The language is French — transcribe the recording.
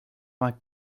vingt